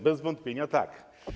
Bez wątpienia tak.